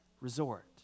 resort